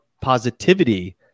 positivity